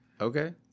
okay